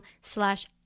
slash